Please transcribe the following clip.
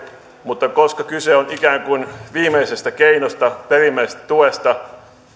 mutta koska kyse on ikään kuin viimeisestä keinosta perimmäisestä tuesta